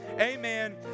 Amen